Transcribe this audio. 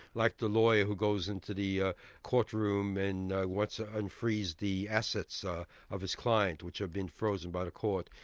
like the lawyer who goes into the ah court room and wants to ah un-freeze the assets ah of his client which have been frozen by the court.